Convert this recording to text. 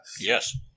Yes